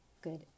good